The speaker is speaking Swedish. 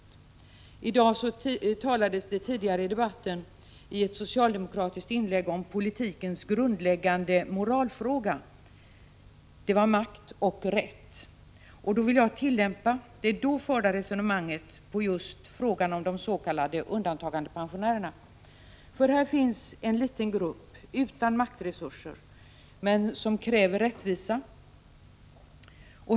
Tidigare i debatten i dag talades det i ett socialdemokratiskt inlägg om politikens grundläggande moralfråga, som gällde makt och rätt. Jag vill tillämpa det då förda resonemanget just på frågan om de s.k. undantagandepensionärerna. De utgör nämligen en liten grupp som inte har maktresurser men som kräver rättvisa.